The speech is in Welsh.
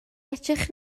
edrych